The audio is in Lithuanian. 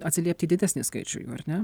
atsiliepti į didesnį skaičių jų ar ne